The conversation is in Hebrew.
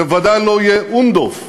זה ודאי לא יהיה אונדו"ף,